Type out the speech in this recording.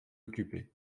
occuper